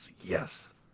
Yes